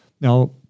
Now